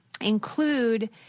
include